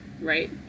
Right